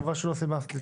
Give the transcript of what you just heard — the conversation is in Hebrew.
חבל שלא סימסת לי.